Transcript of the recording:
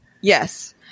Yes